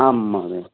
आं महोदय